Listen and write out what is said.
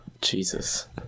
Jesus